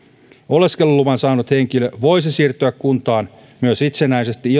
oleskeluluvan saanut henkilö voisi siirtyä kuntaan myös itsenäisesti